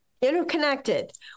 interconnected